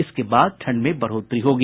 इसके बाद ठंड में बढ़ोतरी होगी